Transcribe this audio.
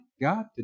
God